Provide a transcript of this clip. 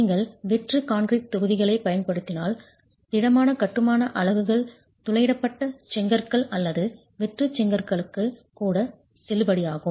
நீங்கள் வெற்று கான்கிரீட் தொகுதிகளைப் பயன்படுத்தினால் திடமான கட்டுமான அலகுகள் துளையிடப்பட்ட செங்கற்கள் அல்லது வெற்று செங்கற்களுக்கு கூட செல்லுபடியாகும்